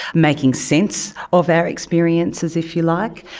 making sense of our experiences, if you like.